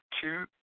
two